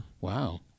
Wow